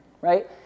right